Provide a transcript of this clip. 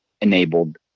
enabled